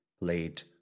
laid